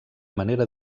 manera